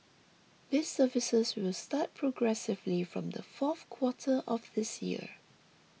these services will start progressively from the fourth quarter of this year